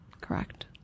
Correct